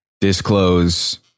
disclose